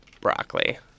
broccoli